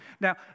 Now